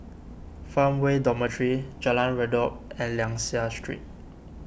Farmway Dormitory Jalan Redop and Liang Seah Street